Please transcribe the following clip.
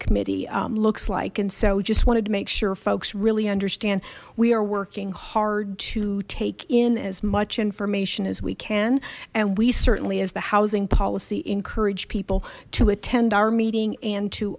committee looks like and so just wanted to make sure folks really understand we are working hard to take in as much information as we can and we certainly as the housing policy encourage people to attend our meeting and to